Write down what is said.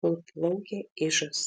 kur plaukia ižas